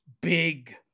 big